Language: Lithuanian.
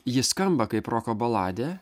ji skamba kaip roko baladė